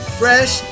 fresh